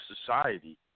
society